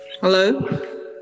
Hello